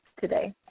today